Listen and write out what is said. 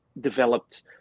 developed